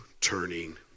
turning